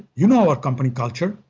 you know our company culture.